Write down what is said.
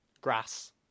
Grass